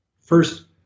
First